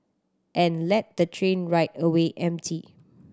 and let the train ride away empty